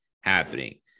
happening